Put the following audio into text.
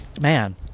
Man